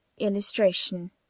Illustration